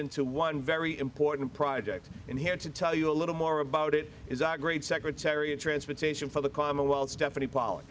into one very important project and here to tell you a little more about it is a great secretary of transportation for the commonwealth stephanie p